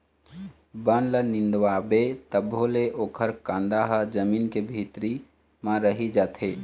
बन ल निंदवाबे तभो ले ओखर कांदा ह जमीन के भीतरी म रहि जाथे